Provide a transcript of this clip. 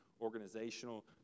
organizational